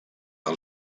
del